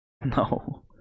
No